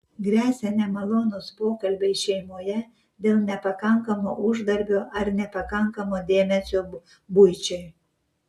gresia nemalonūs pokalbiai šeimoje dėl nepakankamo uždarbio ar nepakankamo dėmesio buičiai